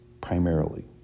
primarily